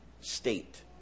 state